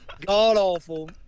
God-awful